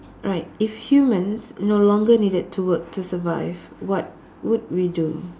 alright if humans no longer needed to work to survive what would we do